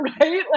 right